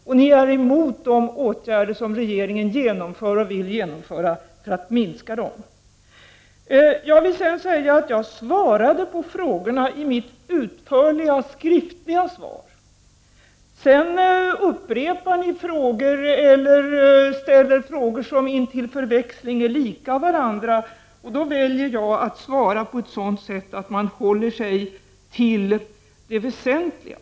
Ni är dessutom emot de åtgärder som regeringen genomför och vill genomföra för att minska utsläppen. Jag svarade på frågorna i mitt utförliga skriftliga svar. Sedan upprepar interpellanterna frågorna eller ställer frågor som intill förväxling är lika varandra. Då väljer jag att svara på ett sådant sätt att jag håller mig till det väsentliga.